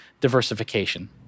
diversification